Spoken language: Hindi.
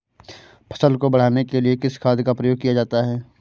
फसल को बढ़ाने के लिए किस खाद का प्रयोग किया जाता है?